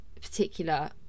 particular